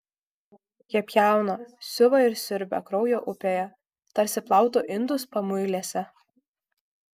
jie pjauna siuva ir siurbia kraujo upėje tarsi plautų indus pamuilėse